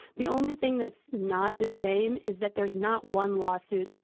the only thing that's not the same is that there's not one lawsuit.